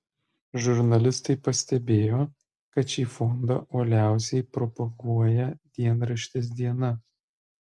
žurnalistai pastebėjo kad šį fondą uoliausiai propaguoja dienraštis diena